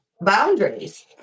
boundaries